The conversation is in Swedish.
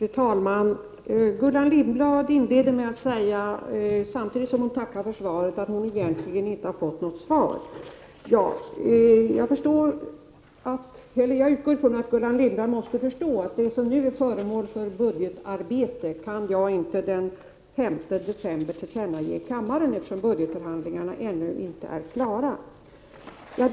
Fru talman! Gullan Lindblad inledde med att samtidigt tacka för svaret och säga att hon egentligen inte har fått något svar. Jag utgår från att Gullan Lindblad förstår att jag den 5 december i kammaren inte kan tillkännage det som är föremål för budgetarbete, eftersom budgetförhandlingarna ännu inte är avslutade.